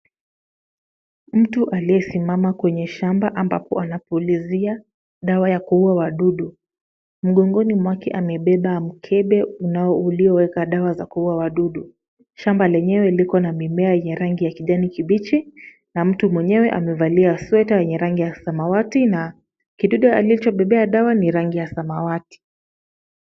Mtu aliyesimama kwenye shamba ambapo anapulizia dawa ya kuua wadudu. Mgongoni mwake amebeba mkebe ulioweka dawa za kuua wadudu. Shamba lenyewe liko na mimea ya rangi ya kijani kibichi na mtu mwenyewe amevalia sueta yenye rangi ya samawati na kidude alichobebea dawa ni rangi ya samawati.